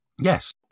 Yes